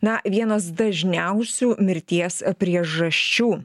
na vienas dažniausių mirties priežasčių